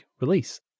release